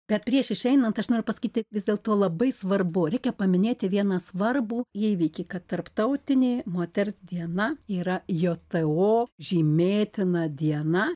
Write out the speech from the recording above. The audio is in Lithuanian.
bet prieš išeinant aš noriu pasakyti vis dėlto labai svarbu reikia paminėti vieną svarbų įvykį kad tarptautinė moters diena yra jto žymėtina diena